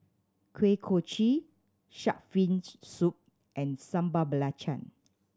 Kuih Kochi Shark's Fin Soup and Sambal Belacan